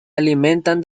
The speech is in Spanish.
alimentan